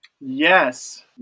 yes